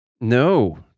no